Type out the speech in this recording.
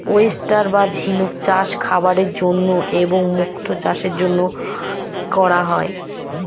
oyster বা ঝিনুক চাষ খাবারের জন্য এবং মুক্তো চাষের জন্য করা হয়